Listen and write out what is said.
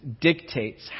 dictates